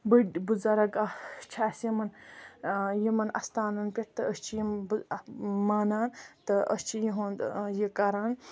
بٔڑۍ بُزَرگ آہ چھِ اَسہِ یِمَن یِمَن آستانَن پٮ۪ٹھ تہٕ أسۍ چھِ یِمن مانان تہٕ أسۍ چھِ یُہُند کَران